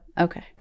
Okay